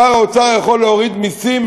שר האוצר יכול להוריד מסים,